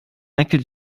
michael